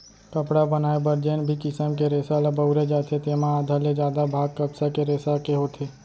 कपड़ा बनाए बर जेन भी किसम के रेसा ल बउरे जाथे तेमा आधा ले जादा भाग कपसा के रेसा के होथे